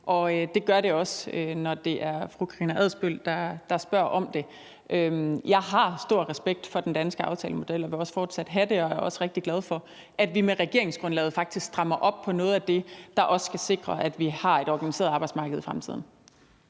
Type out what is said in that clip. og det gør det også, når det er fru Karina Adsbøl, der spørger om det. Jeg har stor respekt for den danske aftalemodel, og jeg vil også fortsat have det, og jeg er også rigtig glad for, at vi med regeringsgrundlaget faktisk strammer op på noget af det, der også skal sikre, at vi har et organiseret arbejdsmarked i fremtiden.